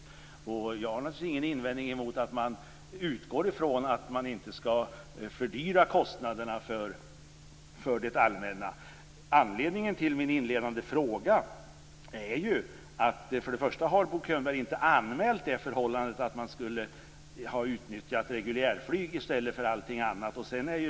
Jag har naturligtvis ingen invändning mot att man utgår från att inte fördyra kostnaderna för det allmänna. Anledningen till min inledande fråga är att Bo Könberg inte har anmält det förhållandet att man skulle ha utnyttjat reguljärflyg i stället för allting annat.